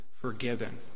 forgiven